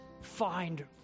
find